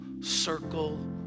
circle